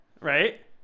Right